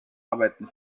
arbeiten